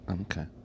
Okay